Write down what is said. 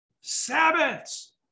Sabbaths